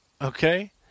Okay